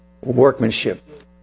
workmanship